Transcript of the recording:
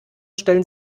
stellen